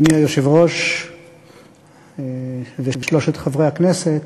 אדוני היושב-ראש ושלושת חברי הכנסת,